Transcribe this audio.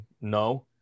no